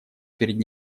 перед